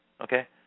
Okay